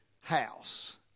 house